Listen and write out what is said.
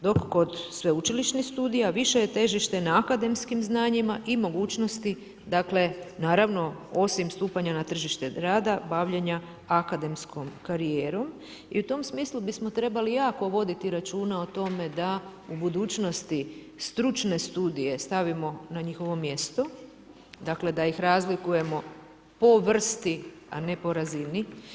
Dok kod sveučilišnih studija više je težišta na akademskim znanjima i mogućnosti dakle naravno, osim stupanja na tržište rada, bavljenja akademskom karijerom i u tom smislu bismo trebali jako voditi računa o tome da u budućnosti stručne studije stavimo na njihovo mjesto, dakle da ih razlikujemo po vrsti, a ne po razini.